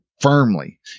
firmly